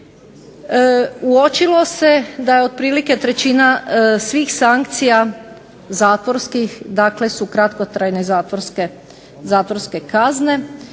Uočilo se da otprilike trećina svih zatvorskih sankcija dakle su kratkotrajne zatvorske kazne,